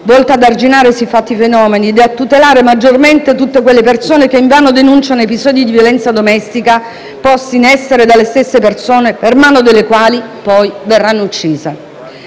volta ad arginare siffatti fenomeni ed a tutelare maggiormente tutte quelle persone che invano denunciano episodi di violenza domestica posti in essere dalle stesse persone, per mano delle quali, poi, verranno uccise.